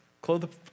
Clothe